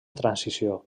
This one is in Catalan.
transició